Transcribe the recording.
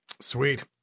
sweet